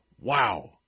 wow